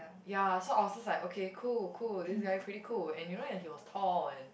ya so I was just like okay cool cool this guy pretty cool and you know that he was tall and